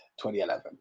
2011